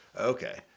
Okay